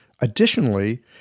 Additionally